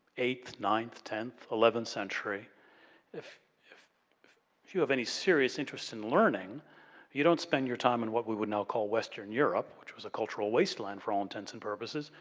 eighth, ninth, tenth, eleventh century if if you have any serious interest in learning you don't spend your time in what we would now call western europe, which was a cultural wasteland for all intents and purposes,